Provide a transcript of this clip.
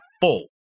full